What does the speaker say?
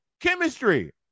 chemistry